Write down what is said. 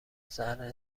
ذره